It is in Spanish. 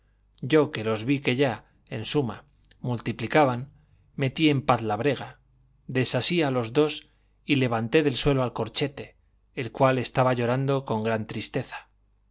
yo que los vi que ya en suma multiplicaban metí en paz la brega desasí a los dos y levanté del suelo al corchete el cual estaba llorando con gran tristeza